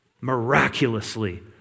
miraculously